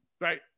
Right